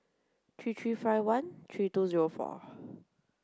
three three five one three two zero four